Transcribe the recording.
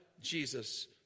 Jesus